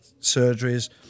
surgeries